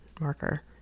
marker